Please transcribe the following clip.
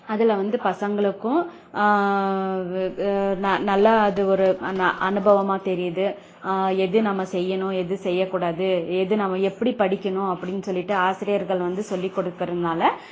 அதில் வந்து பசங்களுக்கும் ந நல்லா அது ஒரு அன அனுபவமாக தெரியுது எது நம்ம செய்யணும் எது செய்யக் கூடாது எது நம்ம எப்படி படிக்கணும் அப்படின்னு சொல்லிட்டு ஆசிரியர்கள் வந்து சொல்லி கொடுக்குறதுனால